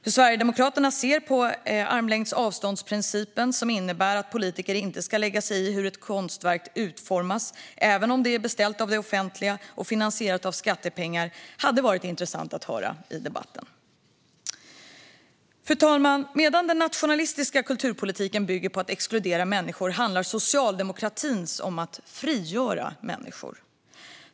Hur Sverigedemokraterna ser på principen om armlängds avstånd, som innebär att politiker inte ska lägga sig i hur ett konstverk utformas, även om det är beställt av det offentliga och finansierat med skattepengar, hade varit intressant att höra i debatten. Fru talman! Medan den nationalistiska kulturpolitiken bygger på att exkludera människor handlar socialdemokratins om att frigöra människor.